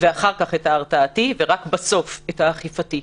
ואחר כך את ההרתעתי, ורק בסוף את האכיפתי.